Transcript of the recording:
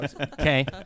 Okay